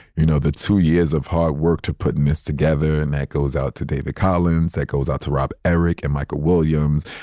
you know, the two years of hard work to put and this together. and that goes out to david collins. that goes out to rob eric and michael williams,